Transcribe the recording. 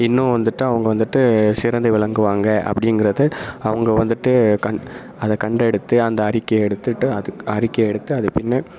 இன்னும் வந்துவிட்டு அவங்க வந்துவிட்டு சிறந்து விளங்குவாங்க அப்படிங்கிறத அவங்க வந்துவிட்டு கண் அதை கண்டெடுத்து அந்த அறிக்கை எடுத்துவிட்டு அதுக் அறிக்கை எடுத்து அது பின்ன